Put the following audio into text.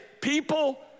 people